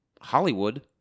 Hollywood